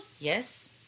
Yes